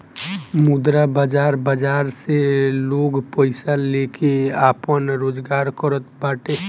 मुद्रा बाजार बाजार से लोग पईसा लेके आपन रोजगार करत बाटे